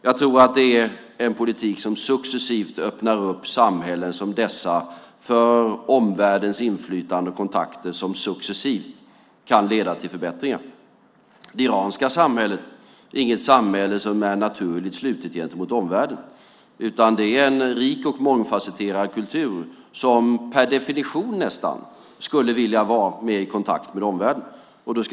Jag tror att en politik som öppnar samhällen som dessa för omvärldens inflytande och kontakter successivt kan leda till förbättringar. Det iranska samhället är inte ett naturligt slutet samhälle gentemot omvärlden. Det är en rik och mångfasetterad kultur som per definition skulle vilja vara mer i kontakt med omvärlden.